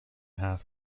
half